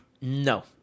No